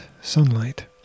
sunlight